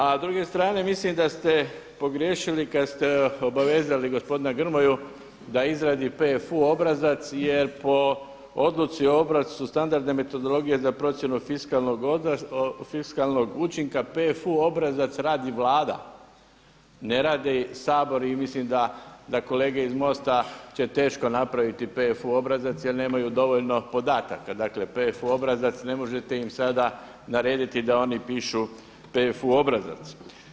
A s druge strane mislim da ste pogriješili kada ste obavezali gospodina Grmoju da izradi PFU obrazac jer po odluci o obrascu standardne metodologije za procjenu fiskalnog učinka PFU obrazac radi Vladi, ne radi Sabor i mislim da kolege iz MOST-a će teško napraviti PFU obrazac jel nemaju dovoljno podataka, dakle PFU obrazac ne možete im sada narediti da oni pišu PFU obrazac.